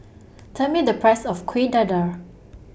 Tell Me The Price of Kuih Dadar